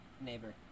Neighbor